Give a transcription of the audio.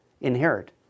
inherit